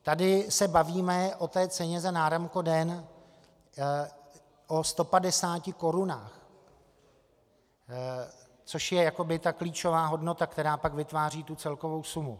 Tady se bavíme o té ceně za náramkoden, o 150 korunách, což je jakoby klíčová hodnota, která pak vytváří celkovou sumu.